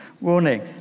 Warning